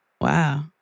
Wow